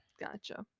Gotcha